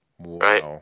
Right